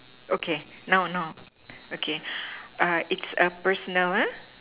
okay no no okay err it's a personal ah